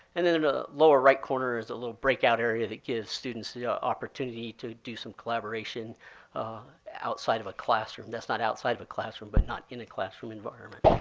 and then in the lower right corner is a little breakout area that gives students the opportunity to do some collaboration outside of a classroom. that's not outside of a classroom, but not in a classroom environment.